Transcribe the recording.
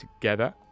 together